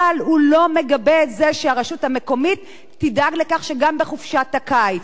אבל הוא לא מגבה את זה שהרשות המקומית תדאג לכך גם בחופשת הקיץ.